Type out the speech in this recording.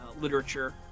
literature